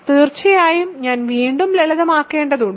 തീർച്ചയായും ഞാൻ വീണ്ടും ലളിതമാക്കേണ്ടതുണ്ട്